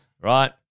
right